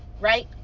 right